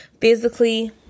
physically